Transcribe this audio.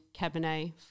Cabernet